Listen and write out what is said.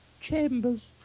chambers